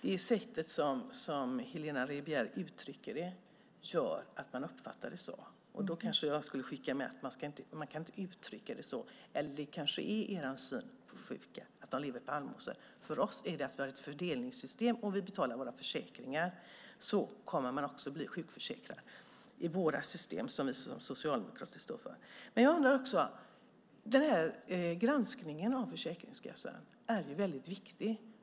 Fru talman! Det sätt på vilket Helena Rivière uttrycker detta gör att man uppfattar det så. Då vill jag skicka med att man inte kan uttrycka det på ett sådant sätt. Men det kanske är er syn på sjuka att de lever på allmosor. För oss handlar det om att vi har ett fördelningssystem, och om vi betalar våra försäkringar kommer vi också att vara sjukförsäkrade. Så är det i vårt system som vi socialdemokrater står bakom. Granskningen av Försäkringskassan är väldigt viktig.